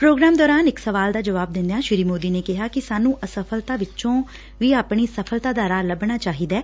programme ਦੌਰਾਨ ਇਕ ਸਵਾਲ ਦਾ ਜਵਾਬ ਦਿੰਦਿਆਂ ਸ੍ਰੀ ਮੋਦੀ ਨੇ ਕਿਹਾ ਕਿ ਸਾਨੂੰ ਅਸਫ਼ਲਤਾ ਵਿਚੋਂ ਵੀ ਆਪਣੀ ਸਫ਼ਲਤਾ ਦਾ ਰਾਹ ਲੱਭਣਾ ਚਾਹੀਦੈ